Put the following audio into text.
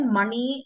money